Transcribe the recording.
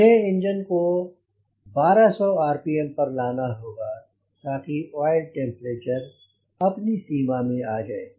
मुझे इंजन को 1200 आरपीएम पर लाना होगा ताकि आयल टेम्परेचर अपनी सीमा में आ जाए